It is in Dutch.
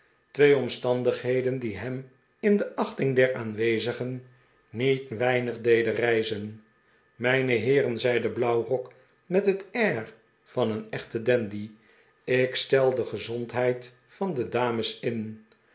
twee omstandigheden die hem in de achting der aanwezigen niet weinig deden rijzen mijne heeren zei de blauwrok met het air van een echten dandy ik stel de gezondheid van de dames in